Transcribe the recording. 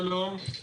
שלום.